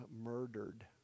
murdered